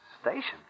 Station